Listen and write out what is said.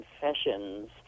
confessions